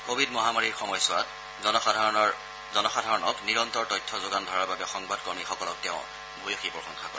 Covid মহামাৰীৰ সময়ছোৱাত জনসাধাৰণক নিৰন্তৰ তথ্য যোগান ধৰাৰ বাবে সংবাদকৰ্মীসকলক তেওঁ ভূয়সী প্ৰশংসা কৰে